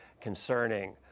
concerning